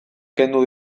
kendu